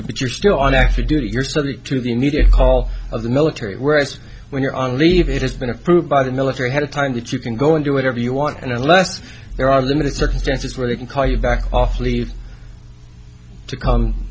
to but you're still on active duty you're subject to the immediate call of the military whereas when you're on leave it has been approved by the military head of time that you can go and do whatever you want unless there are limited circumstances where they can call you back